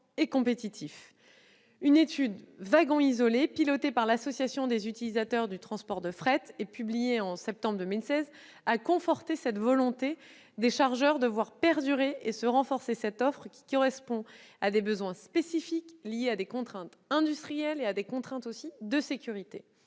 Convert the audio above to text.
et compétitif. Une étude sur les wagons isolés pilotée par l'association des utilisateurs de transport de fret, l'AUTF, et publiée en septembre 2016 a conforté la volonté des chargeurs de voir perdurer et se renforcer cette offre qui correspond à des besoins spécifiques liés à des contraintes industrielles, mais aussi de sécurité.